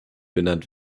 benannt